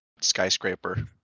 skyscraper